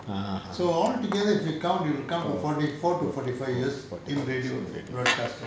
so altogether if you count you will count to forty four to forty five years in radio broadcasting